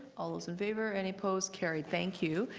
all those in favor? any opposed? carried. thank you.